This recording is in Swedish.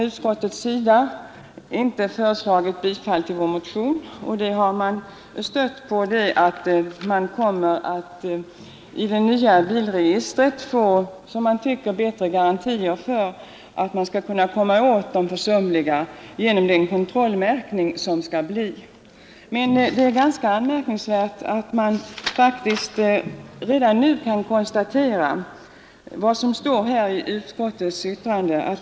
Utskottet har inte tillstyrkt vår motion utan hänvisar till att den i samband med den nya bilregisterorganisationen införda kontrollmärkningen kommer att innebära bättre garantier då det gäller att komma åt de försumliga, Det är dock ganska anmärkningsvärt att man redan nu kan konstatera vad som står i utskottets betänkande.